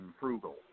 frugal